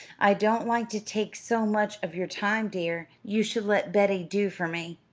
i don't like to take so much of your time, dear you should let betty do for me.